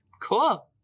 Cool